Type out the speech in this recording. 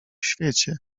świecie